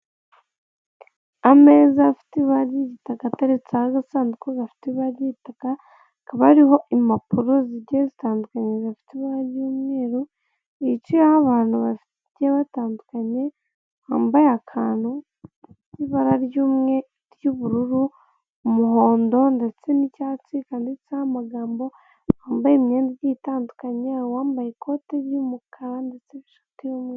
Ameza afite ibara ry'igitagata, atereretse agasanduku gafite ibara ry'igitaka, kariho impapuro zigiye zitandukanye zifite ry'umweru. Hicayeho abantu bagiye batandukanye, bambaye akantu k'ibara ry'umweru n'iry'ubururu, umuhondo ndetse n'icyatsi, kanditseho amagambo. Yambaye imyenda igiye itandukanye, wambaye ikote ry'umukara ndetse n'ishati y'umweru.